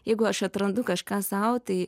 jeigu aš atrandu kažką sau tai